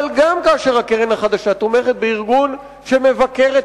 אבל גם כאשר הקרן החדשה תומכת בארגון שמבקר את